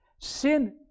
sin